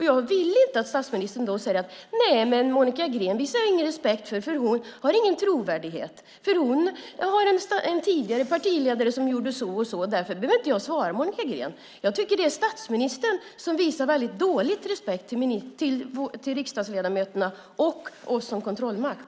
Jag vill inte att statsministern då säger: Monica Green visar jag ingen respekt för, för hon har ingen trovärdighet. Hon har en tidigare partiledare som gjorde så och så. Därför behöver jag inte svara Monica Green. Jag tycker att det är statsministern som visar väldigt dålig respekt inför riksdagsledamöterna och oss som kontrollmakt.